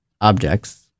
objects